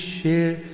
share